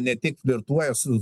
ne tik flirtuoja su